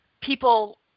people